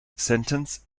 sentence